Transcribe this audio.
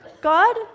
God